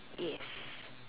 yes